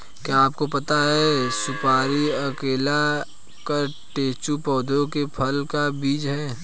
क्या आपको पता है सुपारी अरेका कटेचु पौधे के फल का बीज है?